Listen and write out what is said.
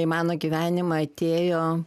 į mano gyvenimą atėjo